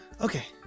okay